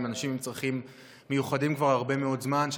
אנשים עם צרכים מיוחדים כבר הרבה מאוד זמן.